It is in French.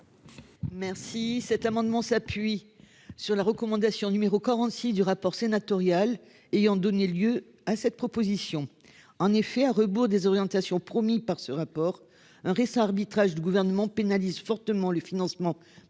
Merci. Cet amendement s'appuie sur la recommandation numéro 46 du rapport sénatorial ayant donné lieu à cette proposition. En effet, à rebours des orientations promis par ce rapport. Un récent arbitrages du gouvernement pénalise fortement le financement